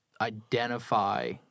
identify